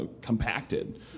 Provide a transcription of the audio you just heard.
compacted